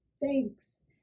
thanks